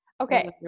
okay